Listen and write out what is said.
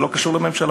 זה לא קשור לממשלה,